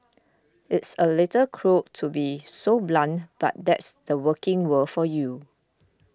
it's a little cruel to be so blunt but that's the working world for you